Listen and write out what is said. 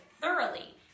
thoroughly